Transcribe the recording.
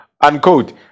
Unquote